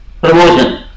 promotion